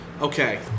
okay